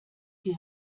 die